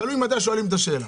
תלוי מתי שואלים את השאלה,